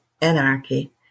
anarchy